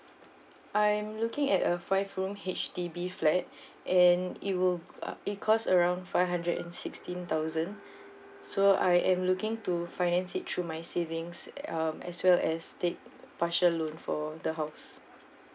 I am looking at a five room H_D_B flat and it will uh it cost around five hundred and sixteen thousand so I am looking to finance it through my savings um as well as take partial loan for the house